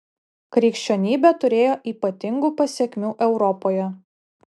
krikščionybė turėjo ypatingų pasekmių europoje